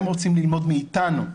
הם רוצים ללמוד מאיתנו,